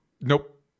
Nope